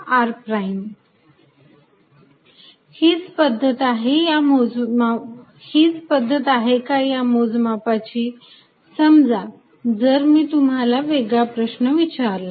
Er14π0dVrr r3r r हीच पद्धत आहे का या मोजमापाची समजा जर मी तुम्हाला वेगळा प्रश्न विचारला